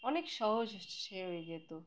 অনেক সহজ সে হয়ে যেত